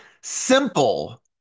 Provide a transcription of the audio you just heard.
simple